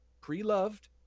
Pre-loved